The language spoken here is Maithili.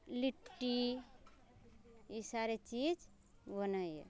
लिट्टी ई सारे चीज बनैया